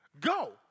Go